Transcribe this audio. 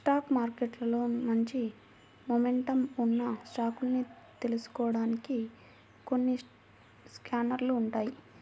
stock మార్కెట్లో మంచి momentum ఉన్న స్టాకుల్ని తెలుసుకోడానికి కొన్ని స్కానర్లు ఉంటాయ్